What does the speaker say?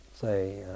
say